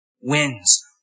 wins